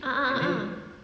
a'ah a'ah